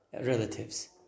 relatives